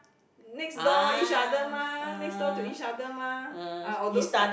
next door each other mah next door to each other mah or those like